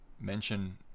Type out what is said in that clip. mention